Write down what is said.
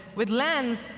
with lens,